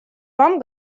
вам